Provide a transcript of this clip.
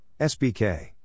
SBK